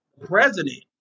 President